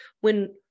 when-